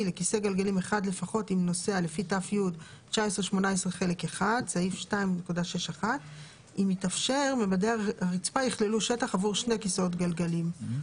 לכיסא גלגלים אחד לפחות עם נוסע לפי ת"י 1918 חלק 1 (סעיף 2.6.1). אם יתאפשר ממדי הרצפה יכללו שטח עבור שני כיסאות גלגלים כאמור,